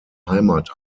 heimat